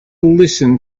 listen